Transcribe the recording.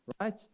Right